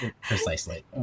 precisely